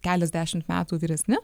keliasdešim metų vyresni